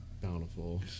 Bountiful